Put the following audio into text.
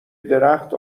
درخت